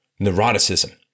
neuroticism